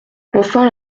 enfin